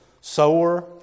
Sower